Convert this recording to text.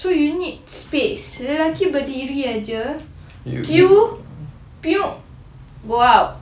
so you need space lelaki berdiri aja queue go out